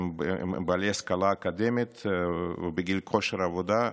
הם בעלי השכלה אקדמית ובגיל כושר עבודה,